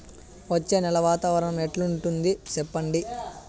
వచ్చే నెల వాతావరణం ఎట్లుంటుంది చెప్పండి?